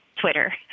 Twitter